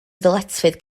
ddyletswydd